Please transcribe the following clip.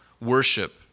worship